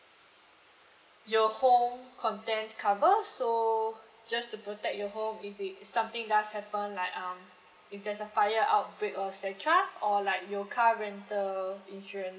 your home contents cover so just to protect your home if it something does happen like um if there's a fire outbreak or et cetera or like your car rental insurance